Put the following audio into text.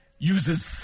Uses